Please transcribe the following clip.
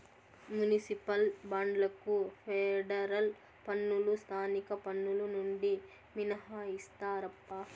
municipal బాండ్లకు federal పన్నులు స్థానిక పన్నులు నుండి మినహాయిస్తారప్పా